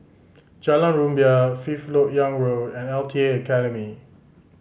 Jalan Rumbia Fifth Lok Yang Road and L T A Academy